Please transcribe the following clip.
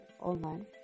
online